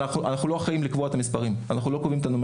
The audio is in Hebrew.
אבל אנחנו לא אחראים קביעת המספרים בישראל.